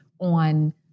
on